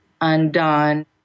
undone